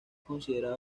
considerada